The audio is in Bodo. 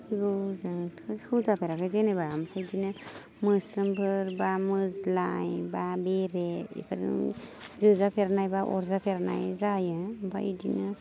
जिबौजोंथ' सौजाफेराखै जेनेबा ओमफ्राय बिदिनो मोस्रोमफोर बा मोज्लाय बा बेरे बेफोरजों जोजा फेरनाय बा अरजा फेरनाय जायो ओमफ्राय बिदिनो